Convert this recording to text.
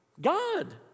God